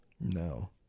no